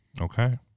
Okay